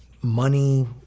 money